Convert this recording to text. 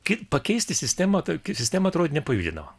kaip pakeisti sistemą tokia sistema atrodė nepajudinama